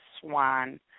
swan